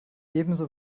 ebenso